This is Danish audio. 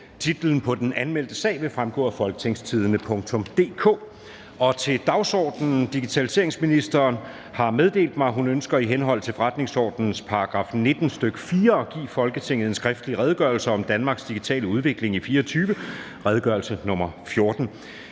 Titlen på den anmeldte sag vil fremgå af www.folketingstidende.dk. Digitaliseringsministeren (Marie Bjerre) har meddelt mig, at hun ønsker i henhold til forretningsordenens § 19, stk. 4, at give Folketinget en skriftlig Redegørelse om Danmarks digitale udvikling i 2024. (Redegørelse nr. R 14).